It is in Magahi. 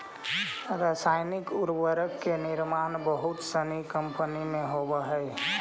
रसायनिक उर्वरक के निर्माण बहुत सनी कम्पनी में होवऽ हई